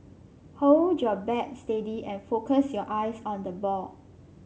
hold your bat steady and focus your eyes on the ball